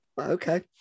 Okay